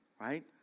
Right